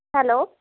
hello